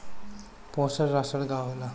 पोषण राशन का होला?